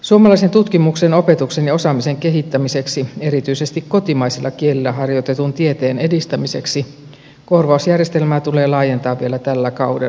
suomalaisen tutkimuksen opetuksen ja osaamisen kehittämiseksi erityisesti kotimaisilla kielillä harjoitetun tieteen edistämiseksi korvausjärjestelmää tulee laajentaa vielä tällä kaudella